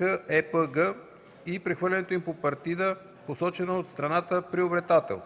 НРТКЕПГ и прехвърлянето им по партида, посочена от страната приобретател.